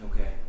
Okay